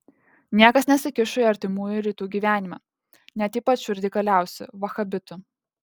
niekas nesikišo į artimųjų rytų gyvenimą net į pačių radikaliausių vahabitų